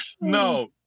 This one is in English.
No